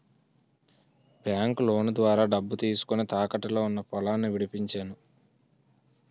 బాంకులోను ద్వారా డబ్బు తీసుకొని, తాకట్టులో ఉన్న పొలాన్ని విడిపించేను